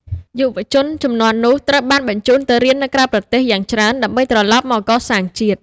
យុវជនជំនាន់នោះត្រូវបានបញ្ជូនទៅរៀននៅក្រៅប្រទេសយ៉ាងច្រើនដើម្បីត្រឡប់មកកសាងជាតិ។